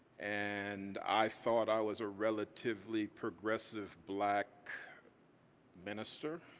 and i thought i was a relatively progressive black minister.